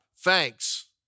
thanks